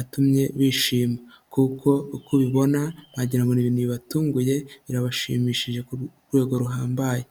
atumye bishima, kuko uko ubibona mwagira ngo n'ibintu bibatunguye birabashimishije ku rwego ruhambaye.